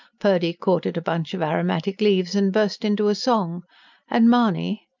purdy caught at a bunch of aromatic leaves and burst into a song and mahony.